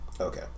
Okay